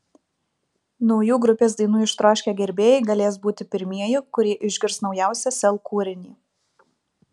naujų grupės dainų ištroškę gerbėjai galės būti pirmieji kurie išgirs naujausią sel kūrinį